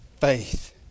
Faith